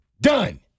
done